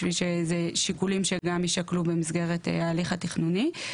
בשביל שזה יהיה שיקולים שגם יישקלו במסגרת ההליך התכנוני.